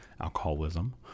alcoholism